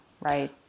right